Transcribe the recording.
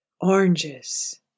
Oranges